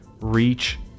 Reach